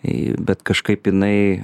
į bet kažkaip jinai